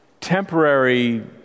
temporary